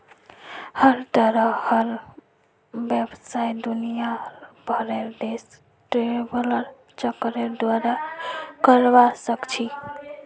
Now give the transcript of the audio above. हर तरहर व्यवसाय दुनियार भरेर देशत ट्रैवलर चेकेर द्वारे करवा सख छि